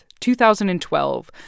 2012